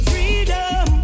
Freedom